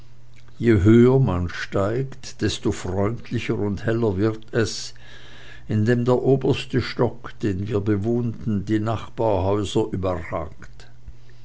je höher man aber steigt desto freundlicher und heller wird es indem der oberste stock den wir bewohnten die nachbarhäuser überragt